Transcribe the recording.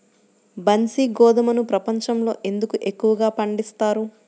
బన్సీ గోధుమను ప్రపంచంలో ఎందుకు ఎక్కువగా పండిస్తారు?